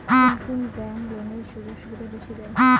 কুন কুন ব্যাংক লোনের সুযোগ সুবিধা বেশি দেয়?